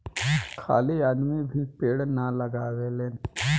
खाली आदमी भी पेड़ ना लगावेलेन